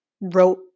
wrote